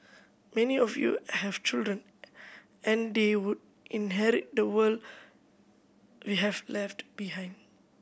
many of you have children and they would inherit the world we have left behind